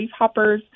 leafhoppers